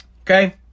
Okay